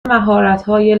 مهارتهای